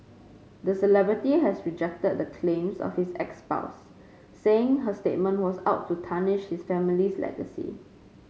the celebrity has rejected the claims of his ex spouse saying her statement was out to tarnish his family's legacy